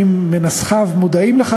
אם רוצים,